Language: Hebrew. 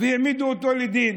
והעמידו אותו לדין,